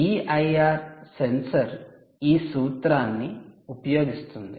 'PIR sensor ' ఈ సూత్రాన్ని ఉపయోగిస్తుంది